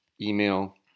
email